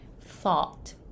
thought